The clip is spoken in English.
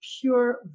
pure